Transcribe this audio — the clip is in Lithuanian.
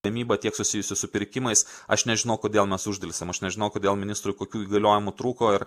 gamyba tiek susijusius su pirkimais aš nežinau kodėl mes uždelsėm aš nežinau kodėl ministrui kokių įgaliojimų trūko ir